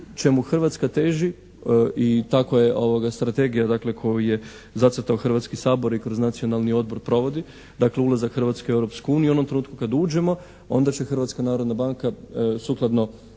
čemu Hrvatska teži i tako je strategija dakle koju je zacrtao Hrvatski sabor i kroz Nacionalni odbor provodi, dakle ulazak Hrvatske u Europsku uniju. U onom trenutku kad uđemo onda će Hrvatska narodna banka sukladno